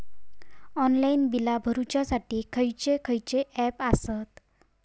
Online bill भरुच्यासाठी खयचे खयचे ऍप आसत?